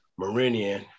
Marinian